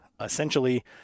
essentially